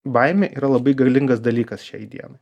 baimė yra labai galingas dalykas šiai dienai